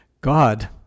God